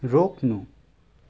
रोक्नु